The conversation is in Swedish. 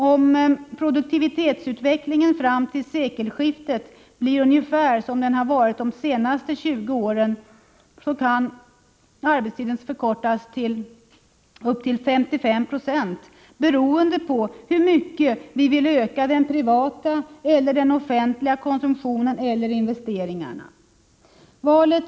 Om produktivitetsutvecklingen fram till sekelskiftet blir ungefär som den varit under de senaste 20 åren, kan arbetstiden förkortas till uppemot 55 96, beroende på hur mycket vi vill öka den privata eller den offentliga konsumtionen eller investeringarna.